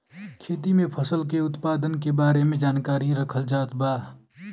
खेती में फसल के उत्पादन के बारे में जानकरी रखल जात बा